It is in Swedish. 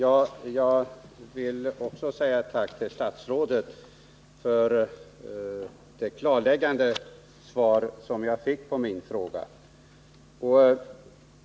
Herr talman! Också jag vill säga ett tack till statsrådet för det klarläggande svar jag fick på min fråga.